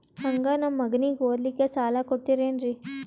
ಹಂಗ ನಮ್ಮ ಮಗನಿಗೆ ಓದಲಿಕ್ಕೆ ಸಾಲ ಕೊಡ್ತಿರೇನ್ರಿ?